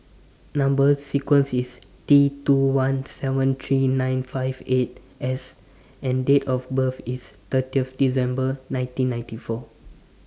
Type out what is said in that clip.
Number sequence IS T two one seven three nine five eight S and Date of birth IS thirty December nineteen ninety four